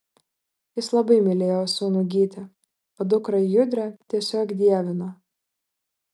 jis labai mylėjo sūnų gytį o dukrą judrę tiesiog dievino